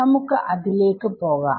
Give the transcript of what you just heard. നമുക്ക് അതിലേക്ക് പോകാം